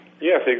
yes